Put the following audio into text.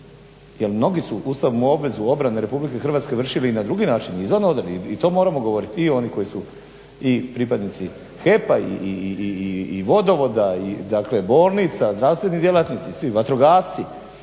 Jer mnogi su ustavnu obvezu obrane RH vršili i na druge načine, izvan odredbi. I to moramo govoriti. I oni koji su i pripadnici HEP-a i Vodovoda i dakle bolnica, zdravstveni djelatnici, svi, vatrogasci.